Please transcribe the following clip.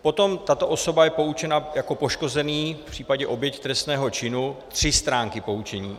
Potom tato osoba je poučena jako poškozený, případně oběť trestného činu tři stránky poučení.